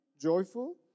joyful